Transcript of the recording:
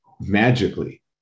magically